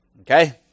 Okay